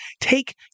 take